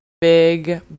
big